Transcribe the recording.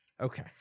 Okay